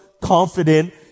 confident